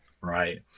right